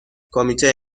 کمیته